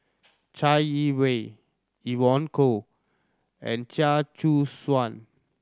Chai Yee Wei Evon Kow and Chia Choo Suan